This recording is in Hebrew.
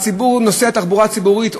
ציבור נוסעי התחבורה הציבורית,